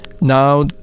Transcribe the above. Now